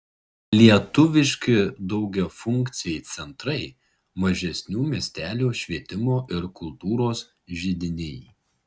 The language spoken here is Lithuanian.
lietuviški daugiafunkciai centrai mažesnių miestelių švietimo ir kultūros židiniai